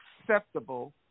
acceptable